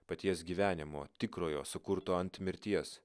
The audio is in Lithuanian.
paties gyvenimo tikrojo sukurto ant mirties